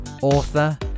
author